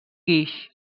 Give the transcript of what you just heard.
guix